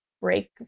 break